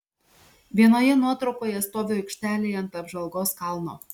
vienoje nuotraukoje stoviu aikštelėje ant apžvalgos kalno